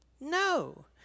No